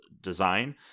design